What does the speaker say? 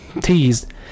teased